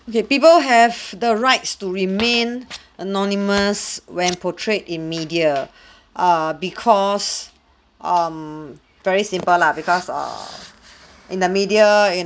okay people have the rights to remain anonymous when portrayed in media uh because um very simple lah because err in the media you